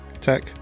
tech